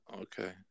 Okay